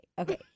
Okay